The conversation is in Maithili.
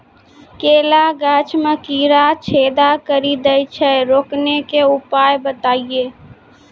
केला गाछ मे कीड़ा छेदा कड़ी दे छ रोकने के उपाय बताइए?